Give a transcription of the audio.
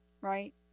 right